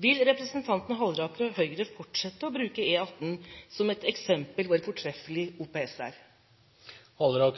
Vil representanten Halleraker og Høyre fortsette å bruke E18 som et eksempel på hvor fortreffelig OPS er? Når